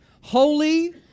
holy